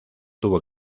tuvo